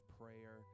prayer